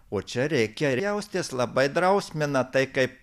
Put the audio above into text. o čia reiškia jaustis labai drausmina tai kaip